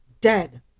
dead